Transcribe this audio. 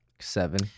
Seven